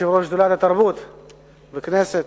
יושב-ראש שדולת התרבות בכנסת.